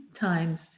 times